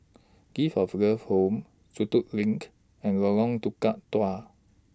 Gift of Love Home Sentul LINK and Lorong Tukang Dua